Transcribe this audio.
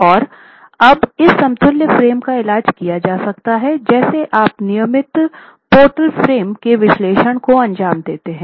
और अब इस समतुल्य फ्रेम का इलाज किया जा सकता है जैसे आप नियमित पोर्टल फ्रेम के विश्लेषण को अंजाम देते है